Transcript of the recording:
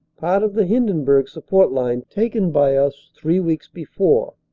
part of the hindenburg support line taken by us three weeks before.